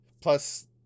plus